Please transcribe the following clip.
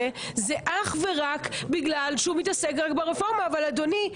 היא אך ורק בגלל שהוא מתעסק רק ברפורמה אבל אדוני,